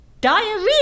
Diarrhea